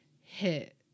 hit